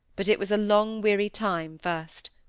but it was a long, weary time first.